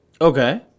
Okay